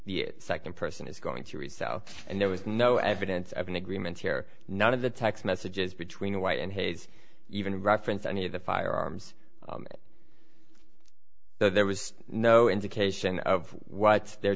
the second person is going to resell and there was no evidence of an agreement here none of the text messages between white and hayes even reference any of the firearms there was no indication of what their